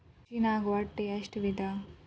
ಕೃಷಿನಾಗ್ ಒಟ್ಟ ಎಷ್ಟ ವಿಧ?